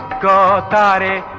da da da